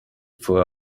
for